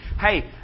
Hey